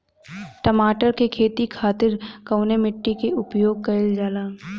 टमाटर क खेती खातिर कवने मिट्टी के उपयोग कइलजाला?